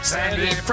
Sandy